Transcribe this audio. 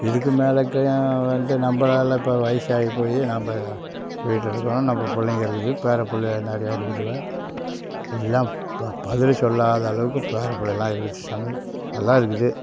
இதுக்கு மேலக்கையும் வந்து நம்மளால இப்போ வயசாகிப் போய் நம்ம வீட்டில் இருக்கோம் நம்ம பிள்ளைங்க இருக்குது பேரப் பிள்ளைவோ நிறையா இருக்குது எல்லாம் இப்போ பதில் சொல்லாத அளவுக்கு பேர பிள்ளையெல்லாம் இருக்குது சாமி நல்லா இருக்குது